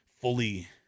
fully